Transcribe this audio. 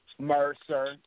Mercer